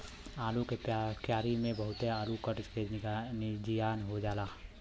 आलू के क्यारी में बहुते आलू कट के जियान हो जाला